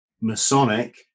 Masonic